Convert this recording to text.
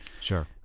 Sure